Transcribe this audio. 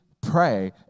Pray